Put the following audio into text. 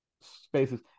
spaces